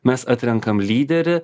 mes atrenkame lyderį